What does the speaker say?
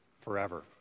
forever